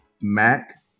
Mac